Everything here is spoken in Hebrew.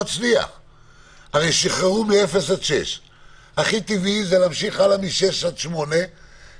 הרי שחררו מ-0 עד 6. הכי טבעי זה להמשיך הלאה מ-6 עד 8 כדי